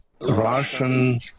Russian